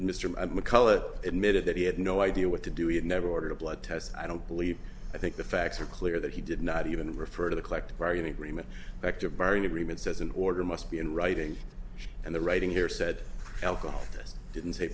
mccullough admitted that he had no idea what to do he had never ordered a blood test i don't believe i think the facts are clear that he did not even refer to the collective bargaining agreement act of barring agreements as an order must be in writing and the writing here said alcohol didn't